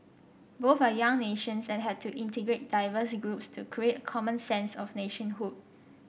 both are young nations and had to integrate diverse groups to create a common sense of nationhood